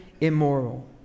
immoral